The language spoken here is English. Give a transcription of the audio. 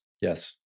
Yes